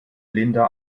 linda